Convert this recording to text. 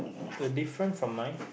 a different from mine